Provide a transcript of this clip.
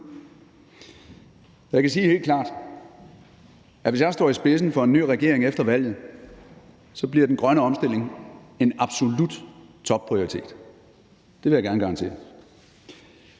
jeg kan sige helt klart, at hvis jeg står i spidsen for en ny regering efter valget, bliver den grønne omstilling en absolut topprioritet – det vil jeg gerne garantere.